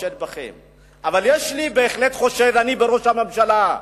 אבל יש לי בהחלט חשד בראש הממשלה.